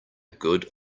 good